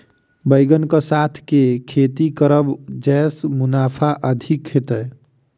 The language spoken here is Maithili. बैंगन कऽ साथ केँ खेती करब जयसँ मुनाफा अधिक हेतइ?